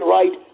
right